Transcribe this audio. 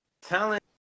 talent